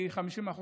50%